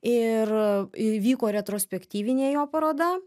ir ir įvyko retrospektyvinė jo paroda